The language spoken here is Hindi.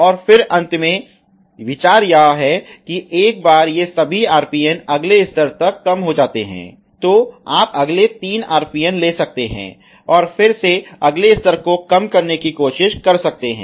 और फिर अंत में विचार यह है कि एक बार ये सभी RPN अगले स्तर तक कम हो जाते हैं तो आप अगले तीन RPN ले सकते हैं और फिर से अगले स्तर को कम करने की कोशिश कर सकते हैं